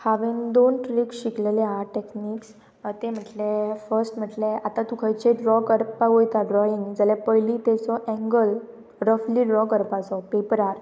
हांवें दोन ट्रिक शिकलेलें आसा टॅक्नीक्स ते म्हटल्यार फस्ट म्हटल्या आतां तूं खंयचे ड्रॉ करपाक वता ड्रॉइंग जाल्यार पयली ताचो एंगल रफली ड्रॉ करपाचो पेपरार